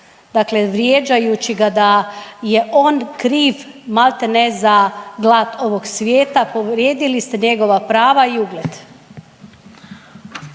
Dakle, vrijeđajući ga da je on kriv maltene za glad ovog svijeta, povrijedili ste njegova prava i ugled.